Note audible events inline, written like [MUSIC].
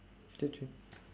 [NOISE]